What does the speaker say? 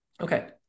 Okay